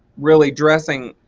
really dressing